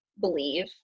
believe